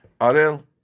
Arel